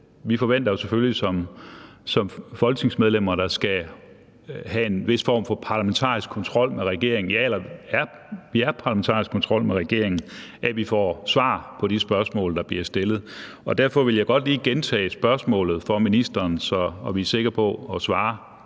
vi forventer selvfølgelig som folketingsmedlemmer, der skal føre en vis form for parlamentarisk kontrol med regeringen, at vi får svar på de spørgsmål, der bliver stillet. Derfor vil jeg godt lige gentage spørgsmålet for ministeren, så vi er sikre på , at